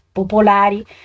popolari